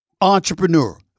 entrepreneur